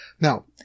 Now